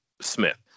smith